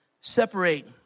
separate